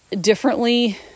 differently